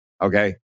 Okay